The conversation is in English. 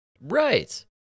Right